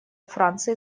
франции